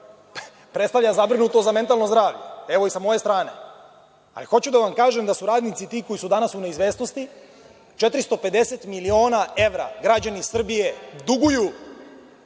predstavlja zabrinutost za mentalno zdravlje, evo, i sa moje strane. Hoću da vam kažem da su radnici ti koji su danas u neizvesnosti – 450 miliona evra građani Srbije duguju